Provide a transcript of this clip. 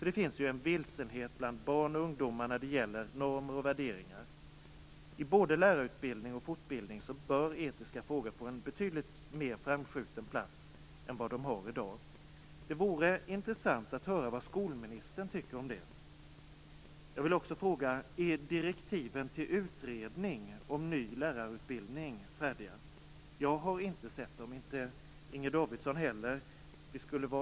Det finns ju en vilsenhet bland barn och ungdomar när det gäller normer och värderingar. I både lärarutbildning och fortbildning bör etiska frågor få en betydligt mera framskjuten plats än de i dag har. Det vore intressant att höra vad skolministern tycker om det. Jag vill också fråga: Är direktiven till en utredning om en ny lärarutbildning färdiga? Jag har inte sett några sådana direktiv, och det har inte heller Inger Davidson gjort.